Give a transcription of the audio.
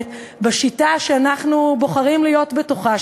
בשיטה שאנחנו בוחרים להיות בתוכה,